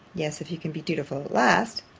yes, if you can be dutiful at last.